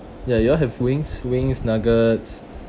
ya you all have wings wings nuggets